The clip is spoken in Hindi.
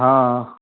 हाँ